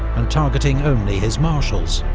and targeting only his marshals.